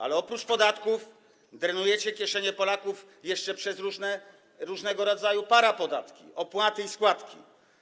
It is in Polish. Ale oprócz podatków drenujecie kieszenie Polaków jeszcze przez różnego rodzaju parapodatki, opłaty i składki.